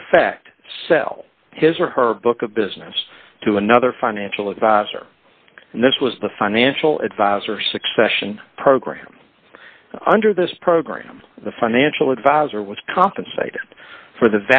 in effect sell his or her book of business to another financial advisor and this was the financial adviser succession program under this program the financial advisor was compensated for the